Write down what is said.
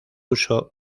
uso